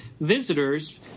visitors